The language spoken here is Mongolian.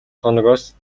хоногоос